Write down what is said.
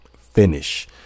finish